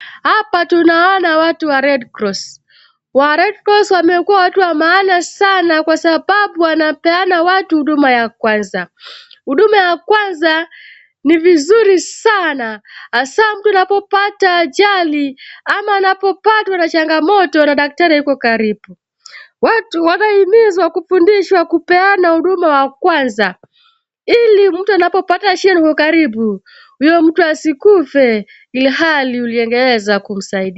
Hapa tunaona watu wa Red Cross . Wa Red Cross wamekuwa watu wa maana sana kwa sababu wanapeana watu huduma ya kwanza. Huduma ya kwanza ni vizuri sana, hasa mtu anapopata ajali ama anapopatwa na changamoto na daktari hayuko karibu. Watu wahimizwe kufundishwa kupeana huduma wa kwanza, ili mtu anapopata shida na uko karibu, huyo mtu asikufe ilhali uliweza kumsaidia.